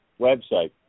website